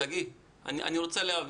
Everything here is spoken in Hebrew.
שגיא, אני רוצה להבין.